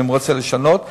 אם הוא רוצה לשנות,